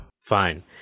Fine